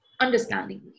understanding